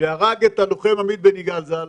שהרג את הלוחם עמית בן יגאל ז"ל